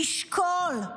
תשקול.